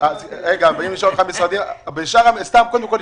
קודם כל,